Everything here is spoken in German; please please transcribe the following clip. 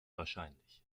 wahrscheinlich